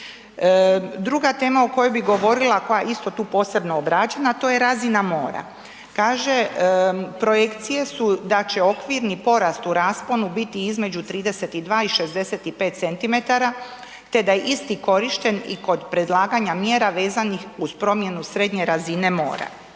Druga tema o kojoj bih govorila koja je isto tu posebno obrađena, to je razina mora. Kaže, projekcije su da će okvirni porast u rasponu biti između 32 i 65 cm te da je isti korišten i kod predlaganja mjera vezanih uz promjenu srednje razine mora.